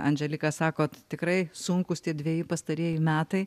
andželika sakot tikrai sunkūs tie dveji pastarieji metai